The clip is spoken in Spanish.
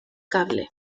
cable